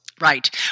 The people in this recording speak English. Right